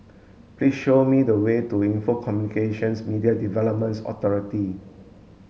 please show me the way to Info Communications Media Development Authority